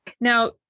Now